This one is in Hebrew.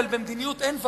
אבל במדיניות אין ואקום.